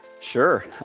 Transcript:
Sure